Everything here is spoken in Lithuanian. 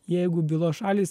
jeigu bylos šalys